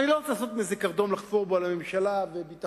אני לא רוצה לעשות מזה קרדום לחפור בו על הממשלה והביטחון